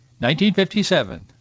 1957